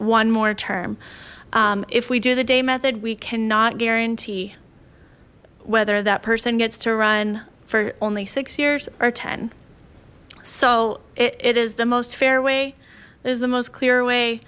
one more term if we do the day method we cannot guarantee whether that person gets to run for only six years or ten so it is the most fair way is the most clear way